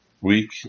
week